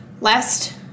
last